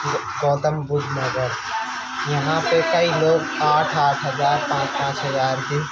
گوتم بدھ نگر یہاں پہ کئی لوگ آٹھ آٹھ ہزار پانچ پانچ ہزار کی